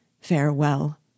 Farewell